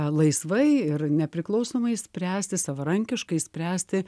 laisvai ir nepriklausomai spręsti savarankiškai spręsti